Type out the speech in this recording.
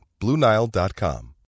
BlueNile.com